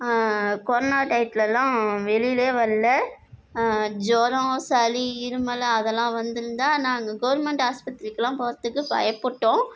corona டைத்துலலாம் வெளியிலியே வர்லை ஜுரோம் சளி இருமல் அதெல்லாம் வந்திருந்தால் நாங்கள் கவர்மெண்ட் ஆஸ்பத்திரிக்கெலாம் போகிறதுக்கு பயப்பட்டோம்